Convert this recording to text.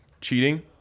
cheating